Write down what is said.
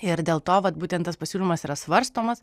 ir dėl to vat būtent tas pasiūlymas yra svarstomas